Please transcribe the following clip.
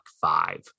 five